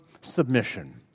submission